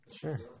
sure